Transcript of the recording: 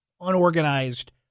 unorganized